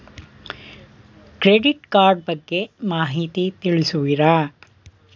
Credit card ಬಗ್ಗೆ ಮಾಹಿತಿ ತಿಳಿಸುವಿರಾ?